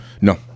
No